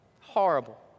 horrible